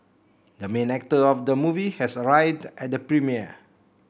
the main actor of the movie has arrived at the premiere